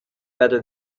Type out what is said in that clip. better